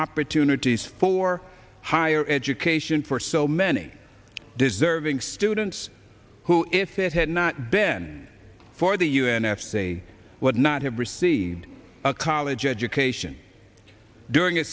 opportunities for higher education for so many deserving students who if it had not ben for the us they would not have received a college education during